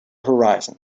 horizon